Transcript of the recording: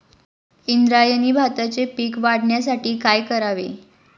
इंद्रायणी भाताचे पीक वाढण्यासाठी काय करावे?